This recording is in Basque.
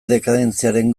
dekadentziaren